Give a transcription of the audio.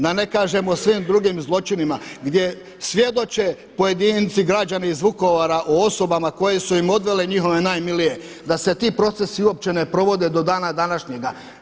Da ne kažem o svim drugim zločinima gdje svjedoče pojedinci građani iz Vukovara o osobama koje su im odvele njihove najmilije da se ti procesi uopće ne provode do dana današnjega.